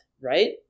right